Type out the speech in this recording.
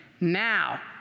Now